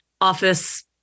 office